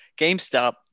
GameStop